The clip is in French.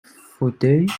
fauteuils